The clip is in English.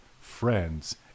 friends